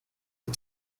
mit